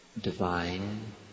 divine